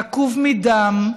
עקוב מדם,